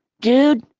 dude,